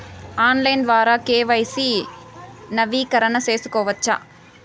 Online ద్వారా KYC నవీకరణ సేసుకోవచ్చా?